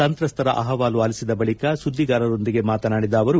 ಸಂತ್ರಸ್ತರ ಅಪವಾಲು ಆಲಿಸಿದ ಬಳಿಕ ಸುದ್ದಿಗಾರರೊಂದಿಗೆ ಮಾತನಾಡಿದ ಅವರು